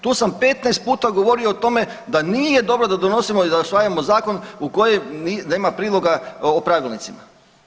Tu sam 15 puta govorio o tome da nije dobro da donosimo i da usvajamo zakon u kojem nema priloga o pravilnicima.